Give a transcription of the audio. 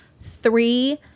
three